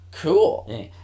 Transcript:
cool